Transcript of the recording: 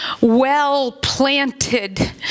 well-planted